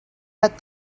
but